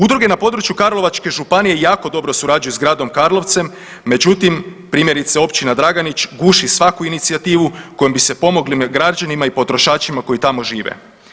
Udruge na području Karlovačke županije jako dobro surađuju s gradom Karlovcem, međutim primjerice općina Draganić guši svaku inicijativu kojom bi se pomogli građanima i potrošačima koji tamo žive.